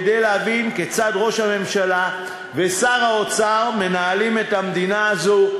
כדי להבין כיצד ראש הממשלה ושר האוצר מנהלים את המדינה הזאת.